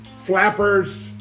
flappers